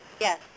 Yes